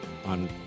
on